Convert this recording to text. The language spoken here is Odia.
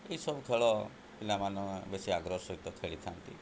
ଏହିସବୁ ଖେଳ ପିଲାମାନେ ବେଶୀ ଆଗ୍ରହ ସହିତ ଖେଳିଥାନ୍ତି